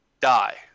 die